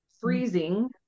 freezing